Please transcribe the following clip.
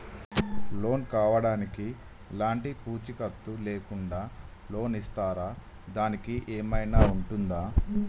Loan కావడానికి ఎలాంటి పూచీకత్తు లేకుండా లోన్ ఇస్తారా దానికి ఏమైనా ఉంటుందా?